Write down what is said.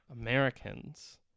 Americans